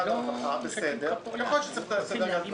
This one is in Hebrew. צוותי הוראה - אי אפשר לא לתת את אותן סייעות,